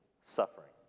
suffering